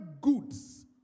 goods